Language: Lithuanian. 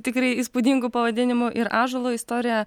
tikrai įspūdingu pavadinimu ir ąžuolo istorija